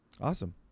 Awesome